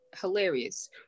hilarious